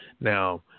Now